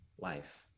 life